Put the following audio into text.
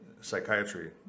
psychiatry